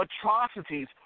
atrocities